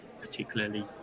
particularly